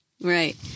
right